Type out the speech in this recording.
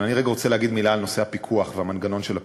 אבל אני רגע רוצה להגיד מילה על נושא הפיקוח ומנגנון הפיקוח.